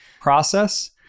process